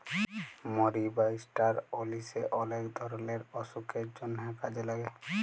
মরি বা ষ্টার অলিশে অলেক ধরলের অসুখের জন্হে কাজে লাগে